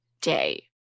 day